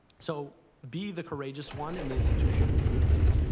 so be the courageous one in the institution who communicates,